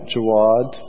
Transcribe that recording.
Jawad